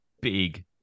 big